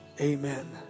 amen